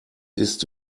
ist